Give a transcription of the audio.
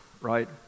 right